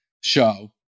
show